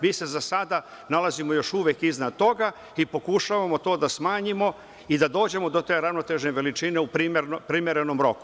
Mi se za sada nalazimo još uvek iznad toga i pokušavamo to da smanjimo i da dođemo do te ravnotežne veličine u nekom primerenom roku.